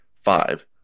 five